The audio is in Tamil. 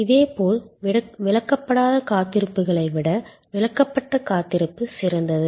இதேபோல் விளக்கப்படாத காத்திருப்புகளை விட விளக்கப்பட்ட காத்திருப்பு சிறந்தது